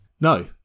no